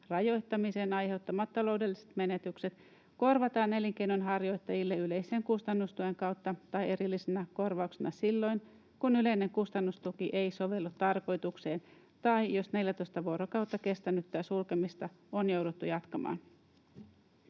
rajoittamisen aiheuttamat taloudelliset menetykset korvataan elinkeinonharjoittajille yleisen kustannustuen kautta tai erillisenä korvauksena silloin, kun yleinen kustannustuki ei sovellu tarkoitukseen tai jos 14 vuorokautta kestänyttä sulkemista on jouduttu jatkamaan.”